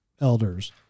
elders